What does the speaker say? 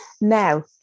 Now